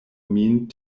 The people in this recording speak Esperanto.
min